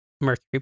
mercury